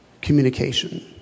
communication